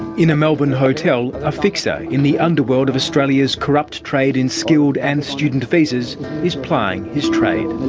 in a melbourne hotel, a fixer in the underworld of australia's corrupt trade in skilled and student visas is plying his trade.